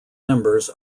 members